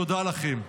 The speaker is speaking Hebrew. תודה לכם.